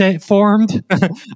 formed